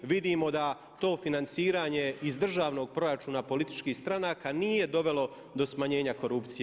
Vidimo da to financiranje iz državnog proračuna političkih stranaka nije dovelo do smanjenja korupcije.